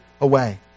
away